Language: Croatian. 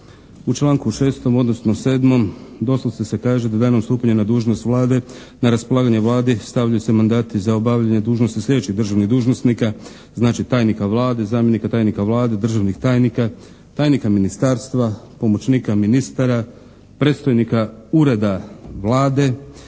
u članku 6. odnosno 7. doslovce se kaže da danom stupanja na dužnost Vlade na raspolaganje Vladi stavljaju se mandati za obavljanje dužnosti sljedećih državnih dužnosnika, znači tajnika Vlade, zamjenika tajnika Vlade, državnih tajnika, tajnika ministarstva, pomoćnika ministara, predstojnika ureda Vlade,